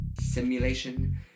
simulation